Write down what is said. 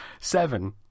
seven